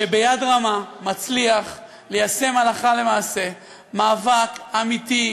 שביד רמה מצליח ליישם הלכה למעשה מאבק אמיתי,